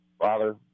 Father